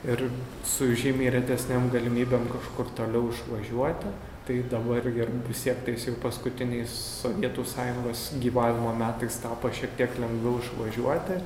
ir su žymiai retesnėm galimybėm kažkur toliau išvažiuoti tai dabar ir vis tiek tais jau paskutiniais sovietų sąjungos gyvavimo metais tapo šiek tiek lengviau išvažiuoti